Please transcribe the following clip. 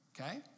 okay